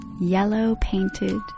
yellow-painted